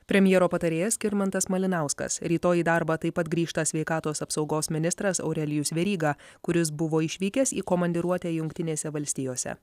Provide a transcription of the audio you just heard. premjero patarėjas skirmantas malinauskas rytoj į darbą taip pat grįžta sveikatos apsaugos ministras aurelijus veryga kuris buvo išvykęs į komandiruotę jungtinėse valstijose